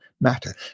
matter